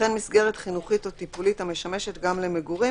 וכן מסגרת חינוכית או טיפולית המשמשת גם למגורים